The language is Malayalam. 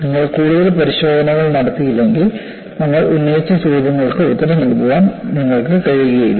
നിങ്ങൾ കൂടുതൽ പരിശോധനകൾ നടത്തിയില്ലെങ്കിൽ നമ്മൾ ഉന്നയിച്ച ചോദ്യങ്ങൾക്ക് ഉത്തരം നൽകാൻ നിങ്ങൾക്ക് കഴിയില്ല